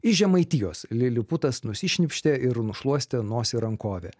iš žemaitijos liliputas nusišnypštė ir nušluostė nosį į rankovę